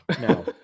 no